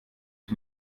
ich